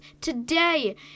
today